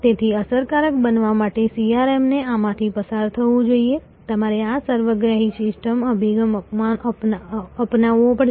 તેથી અસરકારક બનવા માટે CRM એ આમાંથી પસાર થવું જોઈએ તમારે આ સર્વગ્રાહી સિસ્ટમ અભિગમ અપનાવવો પડશે